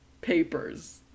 papers